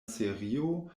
serio